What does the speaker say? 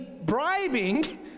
bribing